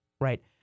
Right